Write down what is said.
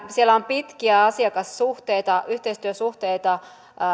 siellä on pitkiä asiakassuhteita yhteistyösuhteita